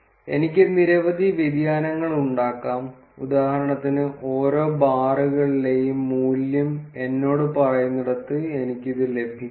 എനിക്ക് നിരവധി വ്യതിയാനങ്ങൾ ഉണ്ടാകാം ഉദാഹരണത്തിന് ഓരോ ബാറുകളിലെയും മൂല്യം എന്നോട് പറയുന്നിടത്ത് എനിക്ക് ഇത് ലഭിക്കും